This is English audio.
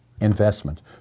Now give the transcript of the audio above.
investment